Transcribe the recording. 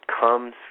comes